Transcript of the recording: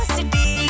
City